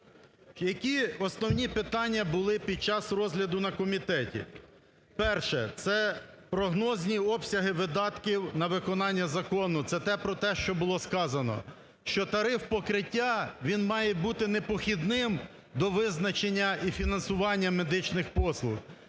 Які основні питання були під час розгляду на комітеті. Перше – це прогнозні обсяги видатків на виконання закону. Це те, про що було сказано, що тариф покриття – він має бути не похідним до визначення і фінансування медичних послуг,